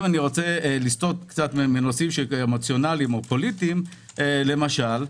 למשל,